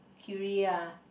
Queria